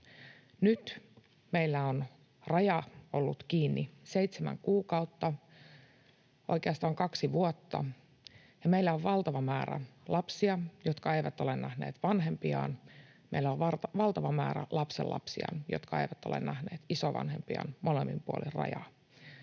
Nyt meillä on raja ollut kiinni seitsemän kuukautta, tai oikeastaan kaksi vuotta, ja meillä on valtava määrä lapsia, jotka eivät ole nähneet vanhempiaan, meillä on valtava määrä lapsenlapsia, jotka eivät ole nähneet isovanhempiaan, molemmin puolin rajaa.